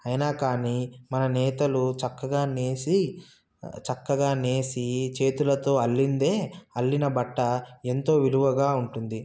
అయినా కానీ మన నేతలు చక్కగా నేసి చక్కగా నేసి చేతులతో అల్లిందే అల్లిన బట్ట ఎంతో విలువగా ఉంటుంది